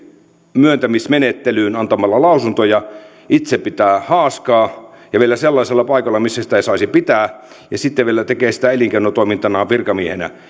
myöntämismenettelyyn antamalla lausuntoja itse pitää haaskaa ja vielä sellaisella paikalla missä sitä ei saisi pitää ja sitten vielä tekee sitä elinkeinotoimintana virkamiehenä